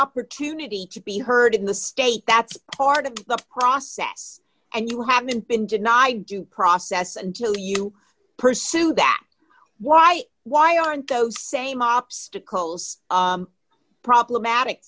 opportunity to be heard in the state that's part of the process and you haven't been denied due process until you pursue that why why aren't those same obstacles problematic